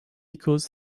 equals